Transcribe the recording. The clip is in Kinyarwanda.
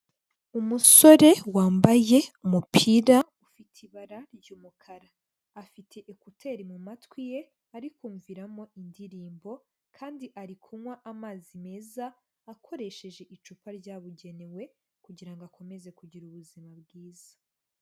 Umusore wambaye umupira ufite ibara ry'umukara, afite ekuteri mu matwi ye ari kumviramo indirimbo kandi ari kunywa amazi meza akoresheje icupa ryabugenewe kugira ngo akomeze kugira ubuzima bwiza.